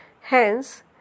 Hence